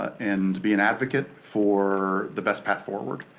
and be an advocate for the best path forward,